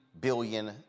billion